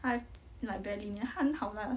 她 like very lenient 她很好啦